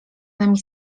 nami